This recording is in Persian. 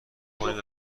کنید